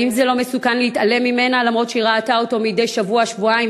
האם זה לא מסוכן להתעלם ממנה למרות שהיא ראתה אותו מדי שבוע-שבועיים,